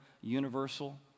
universal